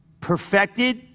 perfected